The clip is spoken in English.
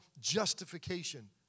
justification